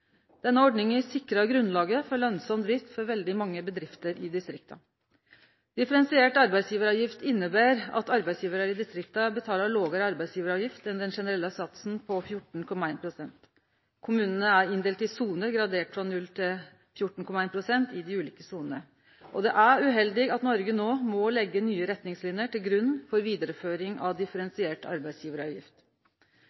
Denne ordninga sikrar grunnlaget for lønsam drift for veldig mange bedrifter i distrikta. Differensiert arbeidsgjevaravgift inneber at arbeidsgjevarar i distrikta har ei lågare arbeidsgjevaravgift enn den generelle satsen på 14,1 pst. Kommunane er inndelte i soner, graderte frå 0 til 14,1 pst. i dei ulike sonene. Det er uheldig at Noreg no må leggje nye retningsliner til grunn for vidareføring av